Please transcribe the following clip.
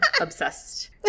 obsessed